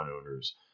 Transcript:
owners